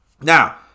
Now